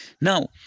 now